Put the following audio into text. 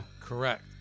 Correct